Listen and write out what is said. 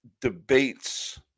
debates